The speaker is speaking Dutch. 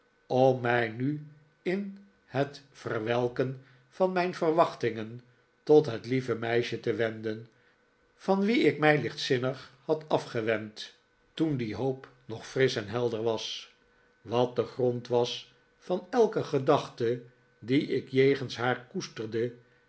om mij nu in het verwelken van mijn verwachtingen tot het lieve meisje te wenden van wie ik mij lichtzinnig had afgewend toen die hoop nog frisch en helder was wat de grond was van elke gedachte die ik jegens haar koesterde